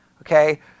Okay